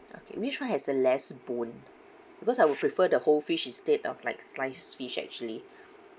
okay which one has the less bone because I would prefer the whole fish instead of like sliced fish actually